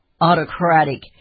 autocratic